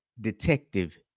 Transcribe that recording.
Detective